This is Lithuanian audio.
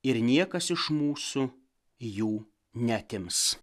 ir niekas iš mūsų jų neatims